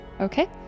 Okay